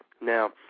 Now